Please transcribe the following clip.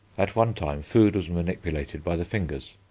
at one time food was manipulated by the fingers.